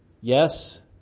yes